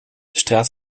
straat